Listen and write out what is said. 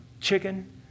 chicken